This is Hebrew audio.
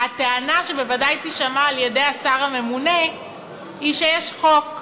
הטענה שבוודאי ישמיע השר הממונה היא שיש חוק,